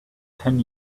ten